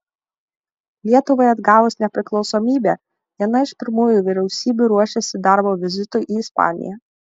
lietuvai atgavus nepriklausomybę viena iš pirmųjų vyriausybių ruošėsi darbo vizitui į ispaniją